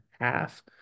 half